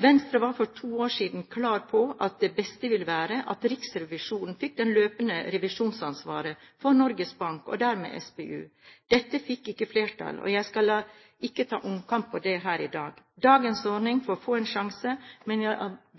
Venstre var for to år siden klar på at det beste ville være at Riksrevisjonen fikk det løpende revisjonsansvaret for Norges Bank, og dermed SPU. Dette fikk ikke flertall, og jeg skal ikke ta omkamp på det her i dag. Dagens ordning får få en sjanse, men jeg